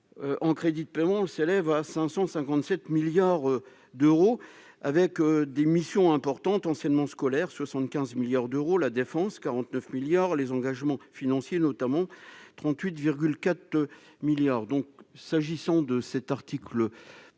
en crédits de paiement le s'élève à 557 milliards d'euros avec des missions importantes anciennement scolaire 75 milliards d'euros, la défense 49 milliards les engagements financiers notamment 38 4 milliards, donc s'agissant de cet article